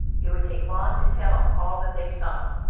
it would take long to tell all that they saw.